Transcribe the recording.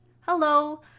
hello